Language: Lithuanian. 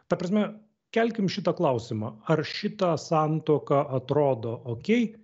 ta prasme kelkim šitą klausimą ar šita santuoka atrodo okei